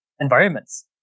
environments